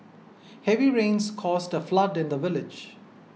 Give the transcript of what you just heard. heavy rains caused a flood in the village